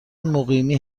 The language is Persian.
مقیمی